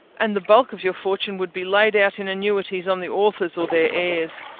and the bulk of your fortune would be laid out in annuities on the authors or their heirs.